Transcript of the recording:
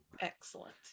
Excellent